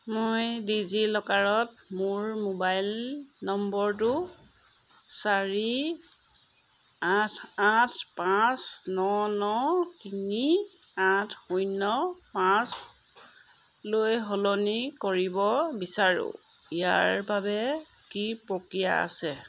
মই ডিজিলকাৰত মোৰ মোবাইল নম্বৰটো চাৰি আঠ আঠ পাঁচ ন ন তিনি আঠ শূণ্য পাঁচলৈ সলনি কৰিব বিচাৰোঁ ইয়াৰ বাবে কি প্ৰক্ৰিয়া আছে